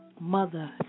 mother